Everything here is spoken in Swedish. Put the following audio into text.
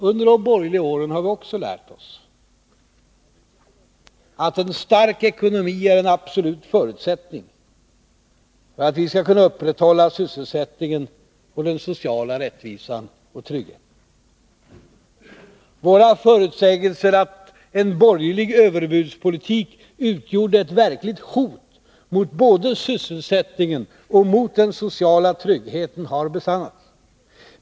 Under de borgerliga åren har vi också lärt oss att en stark ekonomi är en Nr 50 absolut förutsättning för att vi skall kunna upprätthålla sysselsättningen och den sociala rättvisan och tryggheten. Våra förutsägelser om att en borgerlig överbudspolitik utgjorde ett verkligt hot både mot sysselsättningen och mot den sociala tryggheten har besannats.